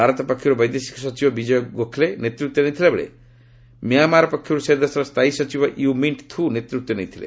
ଭାରତ ପକ୍ଷର୍ ବୈଦେଶିକ ସଚିବ ବିଜୟ ଗୋଖ୍ଲେ ନେତୂତ୍ୱ ନେଇଥିଲାବେଳେ ମିଆଁମାର ପକ୍ଷରୁ ସେ ଦେଶର ସ୍ଥାୟୀ ସଚିବ ୟୁ ମିଣ୍ଟ୍ ଥୁ ନେତୃତ୍ୱ ନେଇଥିଲେ